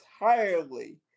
entirely